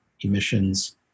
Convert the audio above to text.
emissions